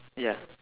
ya